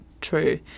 true